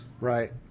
Right